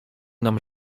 nam